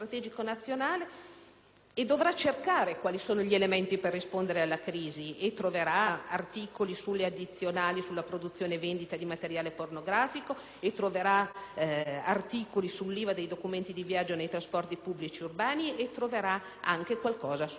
dovendo cercare gli elementi messi in campo per rispondere alla crisi, troverà articoli sulle addizionali sulla produzione e vendita di materiale pornografico, sull'IVA dei documenti di viaggio nei trasporti pubblici urbani e anche qualcosa sui parcheggi veicolari.